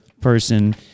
person